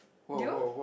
do you